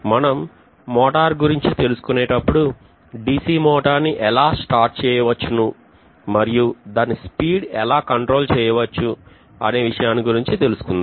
మనం మోటారు గురించి తెలుసుకునే టప్పుడు DC మోటార్ ని ఎలా స్టార్ట్ చేయవచ్చును మరియు దాని స్పీడ్ ఎలా కంట్రోల్ చేయవచ్చును అనే విషయాన్ని గురించి తెలుసుకుందాం